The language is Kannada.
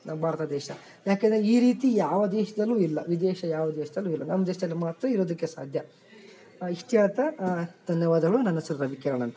ನಮ್ಮ ಭಾರತ ದೇಶ ಯಾಕೆ ಅಂದರೆ ಈ ರೀತಿ ಯಾವ ದೇಶದಲ್ಲು ಇಲ್ಲ ವಿದೇಶ ಯಾವ ದೇಶದಲ್ಲು ಇಲ್ಲ ನಮ್ಮ ದೇಶದಲ್ ಮಾತ್ರ ಇರೋದಕ್ಕೆ ಸಾಧ್ಯ ಇಷ್ಟು ಹೇಳ್ತಾ ಧನ್ಯವಾದಗಳು ನನ್ನ ಹೆಸ್ರು ರವಿಕಿರಣ್ ಅಂತ